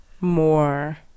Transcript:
more